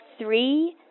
three